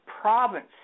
province